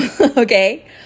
okay